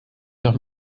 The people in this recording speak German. noch